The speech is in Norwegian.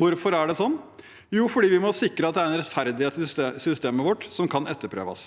Hvorfor er det sånn? Jo, fordi vi må sikre at det er en rettferdighet i systemet vårt som kan etterprøves.